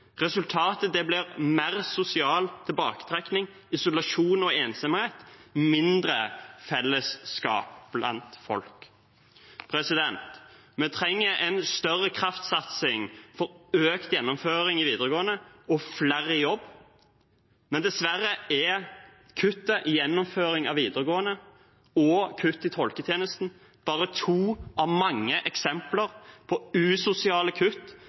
Resultatet blir mer sosial tilbaketrekking, isolasjon og ensomhet og mindre fellesskap blant folk. Vi trenger en større kraftsatsing for økt gjennomføring i videregående og flere i jobb, men dessverre er kuttet når det gjelder gjennomføring av videregående, og kutt i tolketjenesten bare to av mange eksempler på usosiale kutt